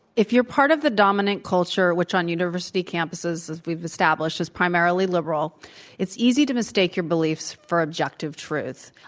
if you're part of the dominant culture, which, on university campuses as we've established is primarily liberal it's easy to mistake your beliefs for objective truth.